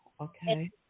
Okay